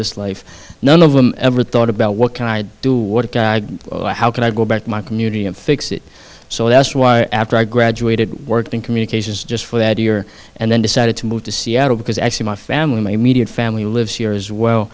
this life none of them ever thought about what can i do how can i go back to my community and fix it so that's why after i graduated worked in communications just for that year and then decided to move to seattle because actually my family my immediate family lives here as well